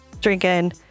drinking